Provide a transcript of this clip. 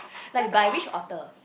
like by which author